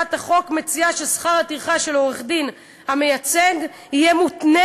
הצעת החוק מציעה ששכר הטרחה של העורך-דין המייצג יהיה מותנה,